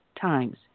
times